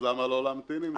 אז למה לא להמתין עם זה?